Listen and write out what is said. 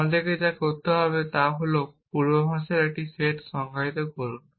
আমাদের যা করতে হবে তা হল পূর্বাভাসের একটি সেট সংজ্ঞায়িত করুন